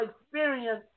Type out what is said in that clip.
experience